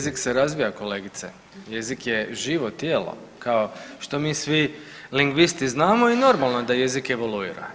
se razvija kolegice, jezik je živo tijelo kao što mi svi lingvisti znamo i normalno da jezik evaluira.